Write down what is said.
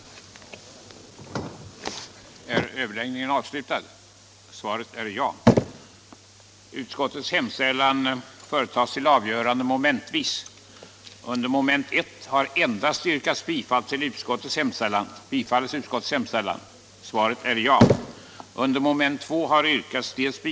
den det ej vill röstar nej. Ökade lånemöjligheter för Sveriges